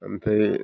ओमफ्राय